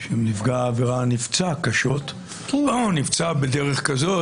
שנפגע העבירה נפצע קשות או נפצע בדרך כזאת